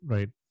Right